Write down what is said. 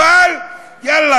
אבל יאללה,